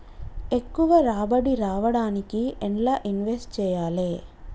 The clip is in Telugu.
ఎక్కువ రాబడి రావడానికి ఎండ్ల ఇన్వెస్ట్ చేయాలే?